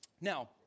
Now